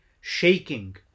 shaking